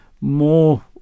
more